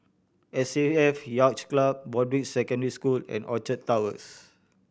S A F Yacht Club Broadrick Secondary School and Orchard Towers